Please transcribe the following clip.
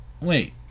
wait